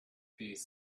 piece